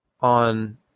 on